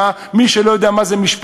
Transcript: מי שלא יודע מה זה מצוקה,